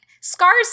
Scar's